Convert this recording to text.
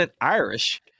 Irish